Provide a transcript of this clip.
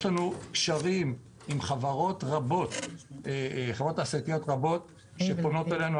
יש לנו קשרים עם חברות תעשייתיות רבות שפונות אלינו.